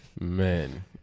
Man